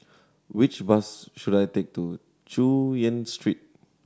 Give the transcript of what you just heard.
which bus should I take to Chu Yen Street